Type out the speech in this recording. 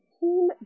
Team